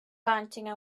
panting